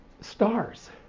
stars